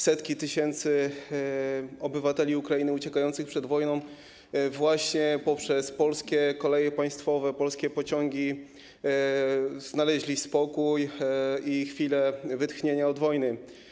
Setki tysięcy obywateli Ukrainy uciekających przed wojną właśnie dzięki Polskim Kolejom Państwowym, polskim pociągom, znalazło spokój i chwilę wytchnienia od wojny.